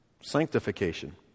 Sanctification